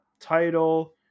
title